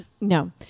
No